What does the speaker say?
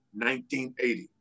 1980